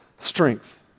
strength